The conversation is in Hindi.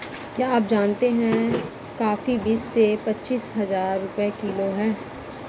क्या आप जानते है कॉफ़ी बीस से पच्चीस हज़ार रुपए किलो है?